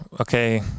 okay